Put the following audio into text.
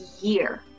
year